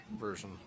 version